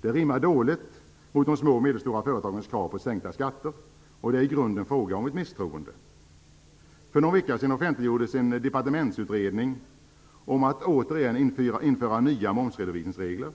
Det rimmar dåligt med de små och medelstora företagens krav på sänkta skatter. Det är i grunden fråga om ett misstroende. För någon vecka sedan offentliggjordes en departementsutredning om att återigen införa nya momsredovisningsregler.